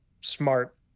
smart